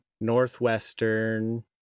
Northwestern